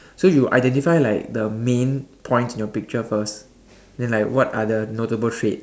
so you identify like the main point in your picture first then like what are the notable traits